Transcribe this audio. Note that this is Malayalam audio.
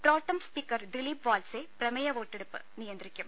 പ്രോട്ടം സ്പീക്കർ ദിലീപ് വാത്സെ പ്രമേയവോട്ടെടുപ്പ് നിയന്ത്രിക്കും